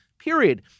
Period